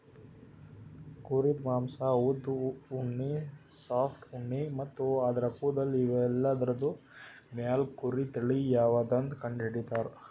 ಕುರಿದ್ ಮಾಂಸಾ ಉದ್ದ್ ಉಣ್ಣಿ ಸಾಫ್ಟ್ ಉಣ್ಣಿ ಮತ್ತ್ ಆದ್ರ ಕೂದಲ್ ಇವೆಲ್ಲಾದ್ರ್ ಮ್ಯಾಲ್ ಕುರಿ ತಳಿ ಯಾವದಂತ್ ಕಂಡಹಿಡಿತರ್